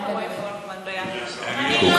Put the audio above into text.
ומירב בן ארי ורועי פולקמן, יחד.